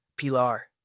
Pilar